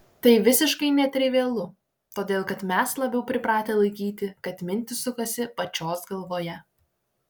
tai visiškai netrivialu todėl kad mes labiau pripratę laikyti kad mintys sukasi pačios galvoje